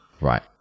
Right